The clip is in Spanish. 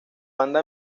banda